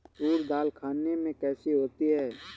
तूर दाल खाने में कैसी होती है?